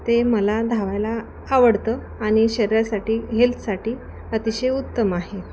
ते मला धावायला आवडतं आणि शरीरासाठी हेल्थसाठी अतिशय उत्तम आहे